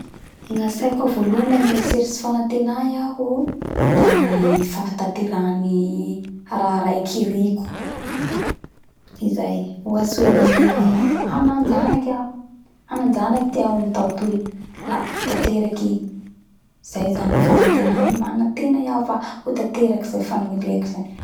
Gnatsaiko ao voalohany la mieritseritsy ny fanatena iaho oo da ny fahataterahany raha raiky iriko izay ohatsy hoe naniry hanajanaky iaho hananjanaky iaho amy tao toy la tateraky igny zay zany ny fanatena manategna iaho fa ho tateraky zay faniriako zay